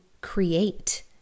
create